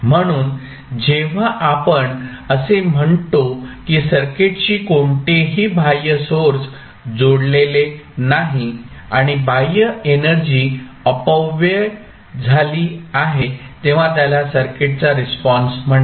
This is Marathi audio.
म्हणून जेव्हा आपण असे म्हणतो की सर्किटशी कोणतेही बाह्य सोर्स जोडलेले नाही आणि बाह्य एनर्जी अपव्यय झाली आहे तेव्हा त्याला सर्किटचा रिस्पॉन्स म्हणतात